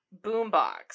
boombox